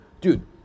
dude